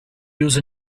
use